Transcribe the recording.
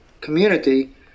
community